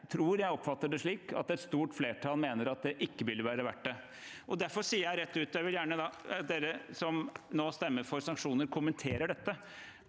jeg tror jeg oppfatter det slik at et stort flertall mener at det ikke ville være verdt det. Derfor sier jeg rett ut: Jeg vil gjerne at de som nå stemmer for sanksjoner, kommenterer dette.